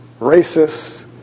racists